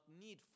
need